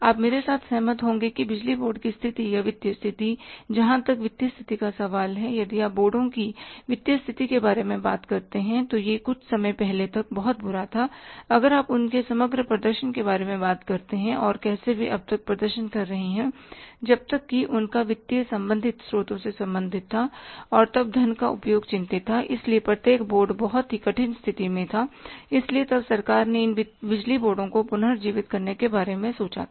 आप मेरे साथ सहमत होंगे कि बिजली बोर्ड की स्थिति या वित्तीय स्थिति जहाँ तक वित्तीय स्थिति का सवाल है यदि आप बोर्डों की वित्तीय स्थिति के बारे में बात करते हैं तो यह कुछ समय पहले तक बहुत बुरा था अगर आप उनके समग्र प्रदर्शन के बारे में बात करते हैं और कैसे वे अब तक प्रदर्शन कर रहे हैं जब तक कि उनका वित्तीय संबंधित स्रोतों से संबंधित था और तब धन का उपयोग चिंतित था इसलिए प्रत्येक बोर्ड बहुत ही कठिन स्थिति में था इसलिए तब सरकार ने इन बिजलीबोर्डों को पुनर्जीवित करने के बारे में सोचा था